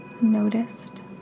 noticed